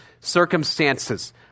circumstances